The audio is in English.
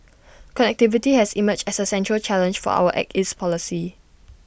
connectivity has emerged as A central challenge for our act east policy